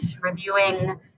reviewing